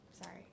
Sorry